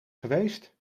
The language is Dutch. geweest